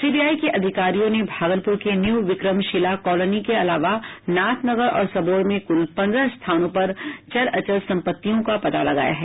CBI के अधिकारियों ने भागलपुर के न्यू विक्रमशिला कॉलोनी के अलावा नाथनगर और सबौर में कुल पन्द्रह स्थानों पर चल अचल संपत्तियों का पता लगाया है